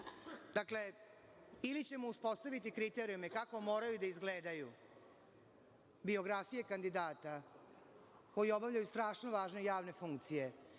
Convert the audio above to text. valja. Dakle, ili ćemo uspostaviti kriterijume kako moraju da izgledaju biografije kandidata koji obavljaju strašno važne javne funkcije